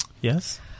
Yes